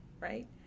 right